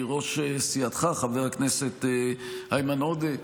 ראש סיעתך, חבר הכנסת איימן עודה,